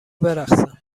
برقصم